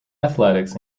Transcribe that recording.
athletics